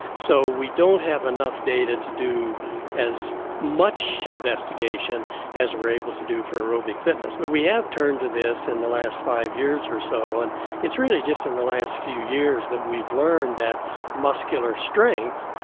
so we don't have enough data to do as much investigation as we are able to do for aerobic fitness. but we have turned to this in the last five years or so and it's really just in the last few years that we've learned that muscular strength,